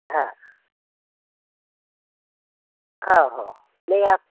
हाँ हओ हओ नहीं आप